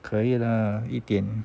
可以啦一点